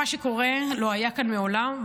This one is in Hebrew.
מה שקורה לא היה כאן מעולם,